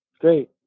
Great